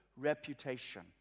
reputation